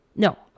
No